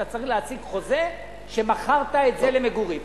אתה צריך להציג חוזה שמכרת את זה למגורים.